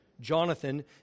Jonathan